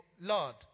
Lord